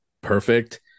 perfect